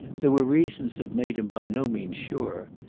there were reasons that made him by no means sure,